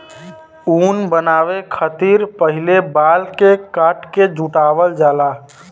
ऊन बनावे खतिर पहिले बाल के काट के जुटावल जाला